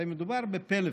הרי מדובר בפלאפון,